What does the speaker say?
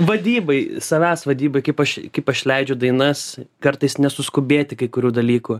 vadybai savęs vadybai kaip aš kaip aš leidžiu dainas kartais nesuskubėti kai kurių dalykų